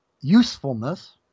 usefulness